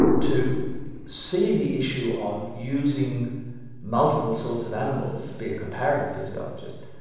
to see the issue of using multiple sorts of animals, be a comparative physiologist,